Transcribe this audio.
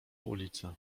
ulica